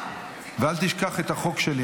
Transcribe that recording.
ואל תשכח את החוק שלי.